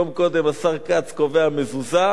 יום קודם השר כץ קובע מזוזה,